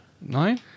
No